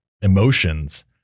emotions